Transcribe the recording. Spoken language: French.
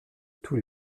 tous